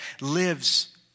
lives